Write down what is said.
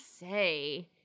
say